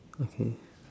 okay